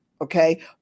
okay